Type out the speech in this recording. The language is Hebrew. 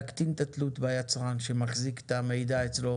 להקטין את התלות ביצרן שמחזיק את המידע אצלו